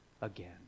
again